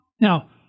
Now